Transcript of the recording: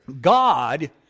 God